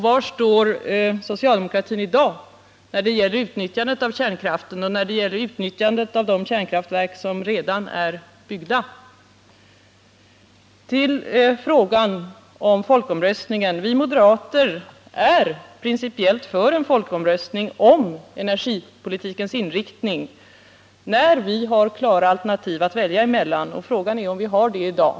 Var står socialdemokratin i dag när det gäller utnyttjandet av kärnkraften och när det gäller utnyttjandet av de kärnkraftverk som redan är byggda? Till frågan om folkomröstningen. Vi moderater är principiellt för en folkomröstning om energipolitikens inriktning när vi har klara alternativ att välja mellan. Frågan är om vi har det i dag.